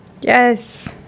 Yes